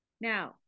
Now